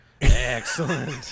Excellent